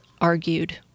argued